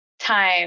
time